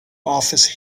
office